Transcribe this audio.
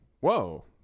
Whoa